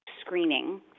screening